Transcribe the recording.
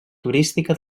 turística